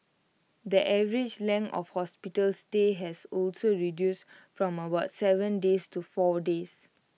the average length of hospital stay has also reduced from about Seven days to four days